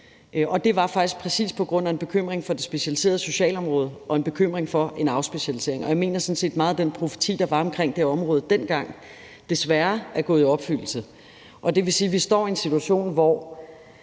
det var faktisk præcis på grund af en bekymring for det specialiserede socialområde og en bekymring for en afspecialisering. Og jeg mener sådan set, at mange af de profetier, der var omkring det område dengang, desværre er gået i opfyldelse. Det vil sige, vi står en situation, hvor